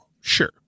Sure